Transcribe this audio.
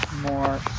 more